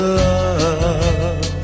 love